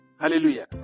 Hallelujah